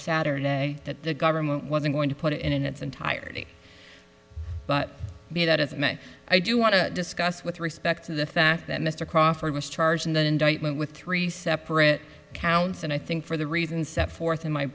saturn that the government wasn't going to put it in its entirety but be that as it may i do want to discuss with respect to the fact that mr crawford was charged in the indictment with three separate counts and i think for the reasons set forth in my